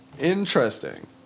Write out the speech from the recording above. Interesting